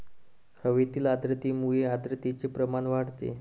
हवेतील आर्द्रतेमुळे आर्द्रतेचे प्रमाण वाढते